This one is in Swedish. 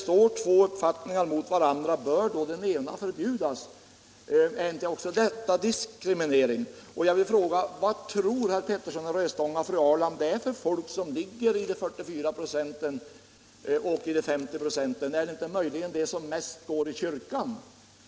Om två uppfattningar står emot varandra, bör då den ena förbjudas? Är inte också detta diskriminering? Och vad tror herr Petersson i Röstånga och fru Ahrland att det är för folk som finns i de 44 eller 50 procenten — är det inte möjligen de som mest går i kyrkan?